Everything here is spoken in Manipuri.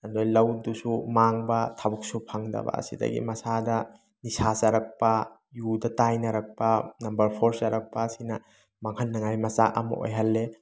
ꯑꯗꯨꯗꯩ ꯂꯧꯗꯨꯁꯨ ꯃꯥꯡꯕ ꯊꯕꯛꯁꯨ ꯐꯪꯗꯕ ꯑꯁꯤꯗꯒꯤ ꯃꯁꯥꯗ ꯅꯤꯁꯥ ꯆꯥꯔꯛꯄ ꯌꯨꯗ ꯇꯥꯏꯅꯔꯛꯄ ꯅꯝꯕꯔ ꯐꯣꯔ ꯆꯥꯔꯛꯄꯁꯤꯅ ꯃꯥꯡꯍꯟꯅꯤꯡꯉꯥꯏ ꯃꯆꯥꯛ ꯑꯃ ꯑꯣꯏꯍꯜꯂꯦ